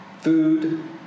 food